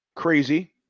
crazy